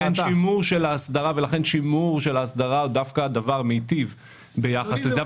לכן שימור של ההסדרה הוא דווקא דבר מיטיב ביחס לזה.